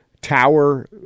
tower